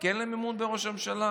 כי אין להם אמון בראש הממשלה,